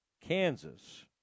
Kansas